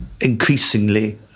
Increasingly